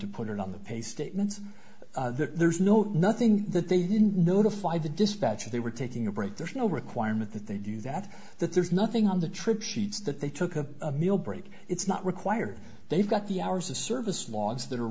to put it on the pay statement that there's no nothing that they didn't notify the dispatcher they were taking a break there's no requirement that they do that that there's nothing on the trip sheets that they took a meal break it's not required they've got the hours of service laws that are